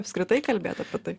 apskritai kalbėt apie tai